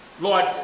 Lord